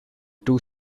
two